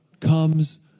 comes